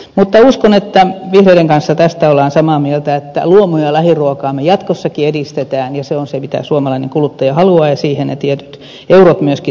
mutta uskon että vihreiden kanssa tästä olemme samaa mieltä että luomu ja lähiruokaa me jatkossakin edistämme ja se on se mitä suomalainen kuluttaja haluaa ja siihen ne tietyt eurot myöskin tarvitaan